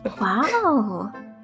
Wow